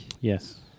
yes